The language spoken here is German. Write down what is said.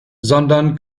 sondern